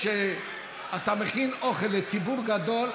כשאתה מכין אוכל לציבור גדול,